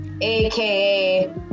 aka